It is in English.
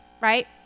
right